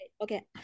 Okay